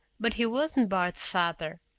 but he wasn't bart's father.